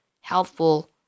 helpful